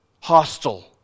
hostile